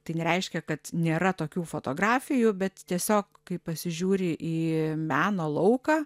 tai nereiškia kad nėra tokių fotografijų bet tiesiog kai pasižiūri į meno lauką